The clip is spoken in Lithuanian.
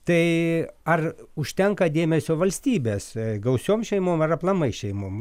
tai ar užtenka dėmesio valstybės gausiom šeimom ar aplamai šeimom